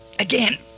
again